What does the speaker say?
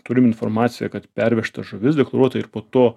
turim informaciją kad pervežta žuvis deklaruota ir po to